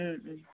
ம் ம்